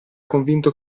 convinto